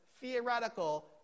theoretical